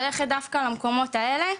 ללכת דווקא למקומות האלה,